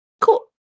Cool